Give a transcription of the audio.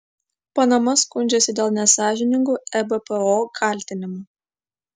panama skundžiasi dėl nesąžiningų ebpo kaltinimų